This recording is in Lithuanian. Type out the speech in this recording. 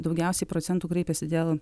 daugiausiai procentų kreipiasi dėl